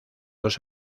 dos